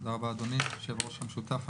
תודה רבה, אדוני יושב-ראש המשותף.